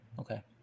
okay